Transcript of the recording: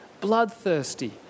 bloodthirsty